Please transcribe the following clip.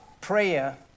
prayer